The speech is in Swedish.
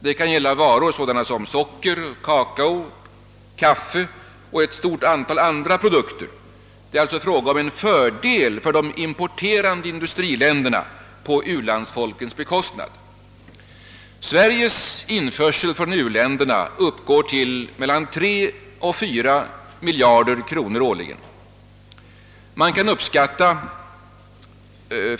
Det kan gälla varor sådana som socker, kakao, kaffe och ett stort antal andra produkter. Det är alltså fråga om en fördel för de importerande industriländerna på u-ländernas bekostnad. Sveriges införsel från u-länderna uppgår till mellan 3 och 4 miljarder kronor årligen.